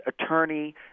attorney